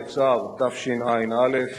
את הקהילה המדעית-טכנולוגית בישראל,